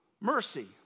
mercy